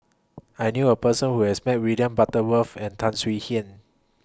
I knew A Person Who has Met William Butterworth and Tan Swie Hian